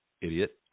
idiot